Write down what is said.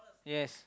yes